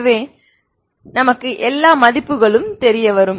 எனவே எல்லாம் தெரியும்